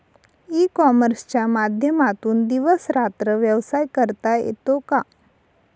E कॉमर्सच्या माध्यमातून दिवस रात्र व्यवसाय करता येतो का?